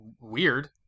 Weird